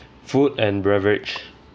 food and beverage